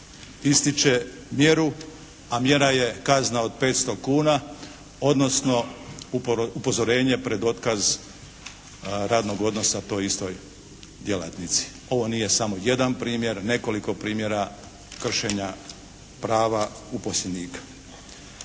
ističe mjeru, a mjera je kazna od 500 kuna odnosno upozorenje pred otkaz radnog odnosa toj istoj djelatnici. Ovo nije samo jedan primjer. Nekoliko primjera kršenja prava uposlenika.